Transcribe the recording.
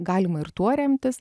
galima ir tuo remtis